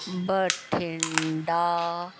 Bathinda